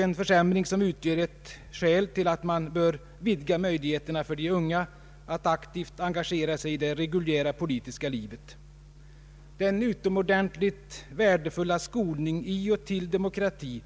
Den utgör dock ett skäl till att man bör vidga möjligheterna för de unga att aktivt engagera sig i det reguljära politiska livet. Den utomordentligt värdefulla skolning i och till demokrati